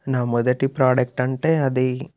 నా మొదటి ప్రోడక్ట్ అంటే అదీ